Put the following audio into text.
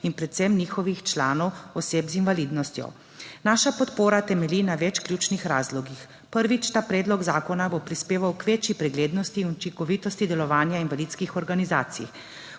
in predvsem njihovih članov oseb z invalidnostjo. Naša podpora temelji na več ključnih razlogih. Prvič, ta predlog zakona bo prispeval k večji preglednosti in učinkovitosti delovanja invalidskih organizacij.